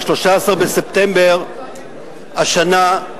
ב-13 בספטמבר השנה,